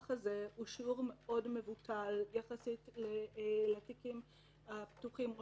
הזה הוא שיעור מבוטל יחסית לתיקים הפתוחים,